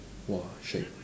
!wah! shagged